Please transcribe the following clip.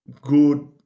good